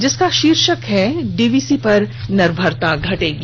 जिसका शीर्षक है डीवीसी पर निर्भरता घटेगी